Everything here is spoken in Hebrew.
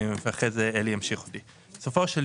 אחרי זה אלי ימשיך אותי.